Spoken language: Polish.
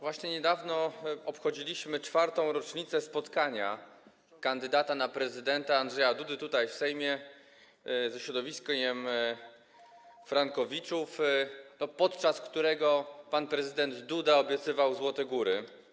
Właśnie niedawno obchodziliśmy czwartą rocznicę spotkania kandydata na prezydenta Andrzeja Dudy, tutaj w Sejmie, ze środowiskiem frankowiczów, podczas którego pan prezydent Duda obiecywał złote góry.